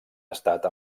estat